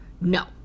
No